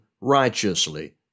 righteously